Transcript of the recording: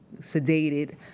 sedated